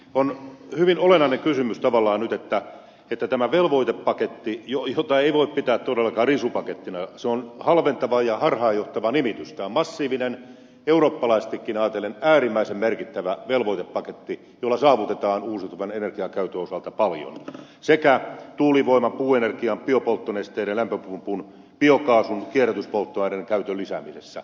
on hyvin olennainen kysymys tavallaan nyt että tämä velvoitepaketti jota ei voi pitää todellakaan risupakettina se on halventava ja harhaanjohtava nimitys tämä on massiivinen eurooppalaisestikin ajatellen äärimmäisen merkittävä velvoitepaketti jolla saavutetaan uusiutuvan energiankäytön osalta paljon sekä tuulivoiman puuenergian biopolttonesteen ja lämpöpumpun biokaasun kierrätyspolttoaineiden käytön lisäämisessä